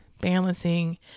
balancing